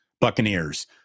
Buccaneers